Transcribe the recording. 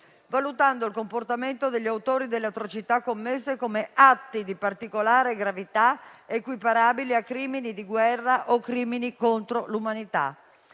valutando il comportamento degli autori delle atrocità commesse come atti di particolare gravità equiparabili a crimini di guerra o crimini contro l'umanità.